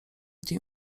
dni